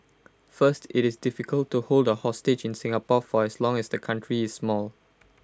first IT is difficult to hold A hostage in Singapore for as long as the country is small